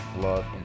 love